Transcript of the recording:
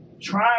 try